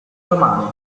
romane